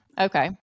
Okay